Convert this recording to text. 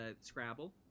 Scrabble